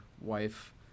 wife